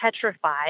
petrified